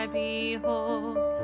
behold